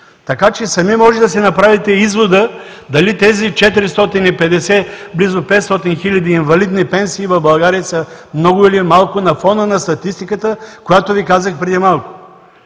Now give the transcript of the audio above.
случаи. Сами може да си направите извода дали тези 450, близо 500 хиляди инвалидни пенсии в България са много или малко на фона на статистиката, която Ви казах преди малко.